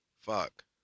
Fuck